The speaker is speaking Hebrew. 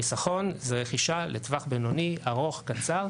חיסכון זה רכישה לטווח בינוני ארוך קצר,